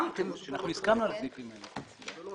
הסכמנו על הסעיפים האלה.